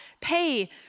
pay